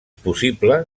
possible